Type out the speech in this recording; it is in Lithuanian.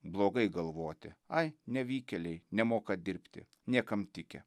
blogai galvoti ai nevykėliai nemoka dirbti niekam tikę